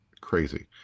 Crazy